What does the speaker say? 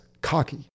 cocky